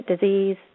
disease